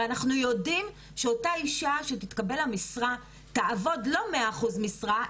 הרי אנחנו יודעים שאותה אישה שתתקבל למשרה תעבוד לא 100% משרה,